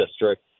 district